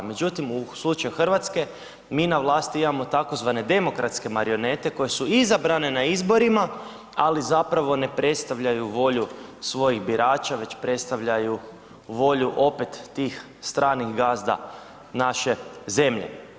Međutim, u slučaju Hrvatske mi na vlasti imamo tzv. demokratske marionete koje su izabrane na izborima ali zapravo ne predstavljaju volju svojih birača već predstavljaju volju opet tih stranih gazda naše zemlje.